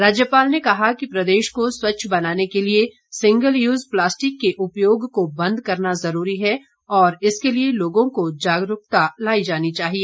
राज्यपाल ने कहा कि प्रदेश को स्वच्छ बनाने के लिए सिंगल यूज प्लास्टिक के उपयोग को बंद करना जरूरी है और इसके लिए लोगों में जागरूकता लाई जानी चाहिए